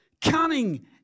cunning